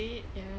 ya